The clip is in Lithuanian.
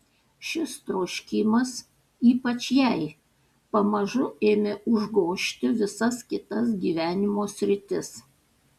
šis troškimas ypač jai pamažu ėmė užgožti visas kitas gyvenimo sritis